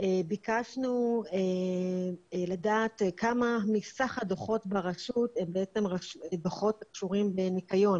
ביקשנו לדעת כמה מסך הדוחות ברשות הם דוחות הקשורים בניקיון